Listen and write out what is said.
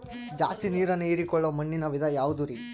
ಜಾಸ್ತಿ ನೇರನ್ನ ಹೇರಿಕೊಳ್ಳೊ ಮಣ್ಣಿನ ವಿಧ ಯಾವುದುರಿ?